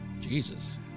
jesus